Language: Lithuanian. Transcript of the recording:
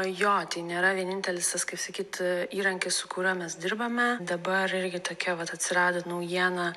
jo tai nėra vienintelis tas kaip sakyt įrankis su kuriuo mes dirbame dabar irgi tokia vat atsirado naujiena